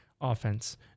offense